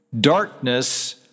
Darkness